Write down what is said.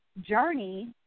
journey